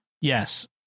Yes